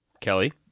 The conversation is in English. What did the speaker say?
Kelly